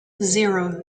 zero